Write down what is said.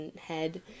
head